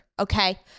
Okay